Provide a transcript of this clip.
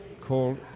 called